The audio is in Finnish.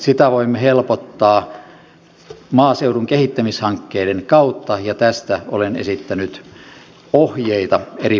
sitä voimme helpottaa maaseudun kehittämishankkeiden kautta ja tästä olen esittänyt ohjeita eri puolille maata